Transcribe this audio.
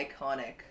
iconic